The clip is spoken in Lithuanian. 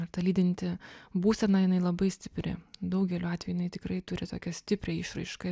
ar ta lydinti būsena jinai labai stipri daugeliu atvejų jinai tikrai turi tokią stiprią išraišką